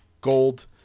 gold